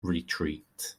retreat